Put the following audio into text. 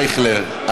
אייכלר,